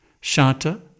Shanta